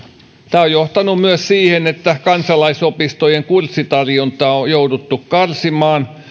tämä on johtanut myös siihen että kansalaisopistojen kurssitarjontaa on jouduttu karsimaan